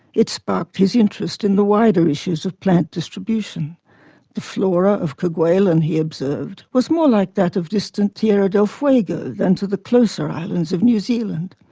it sparked his interest in the wider issues of plant distribution the flora of kerguelen, he he observed, was more like that of distant tierra del fuego, than to the closer islands of new zealand.